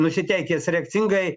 nusiteikęs reakcingai